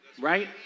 right